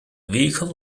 vehicle